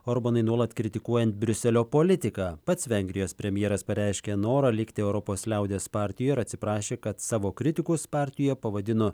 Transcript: orbanui nuolat kritikuojant briuselio politiką pats vengrijos premjeras pareiškė norą likti europos liaudies partijoj ir atsiprašė kad savo kritikus partijoje pavadino